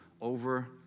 over